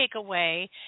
takeaway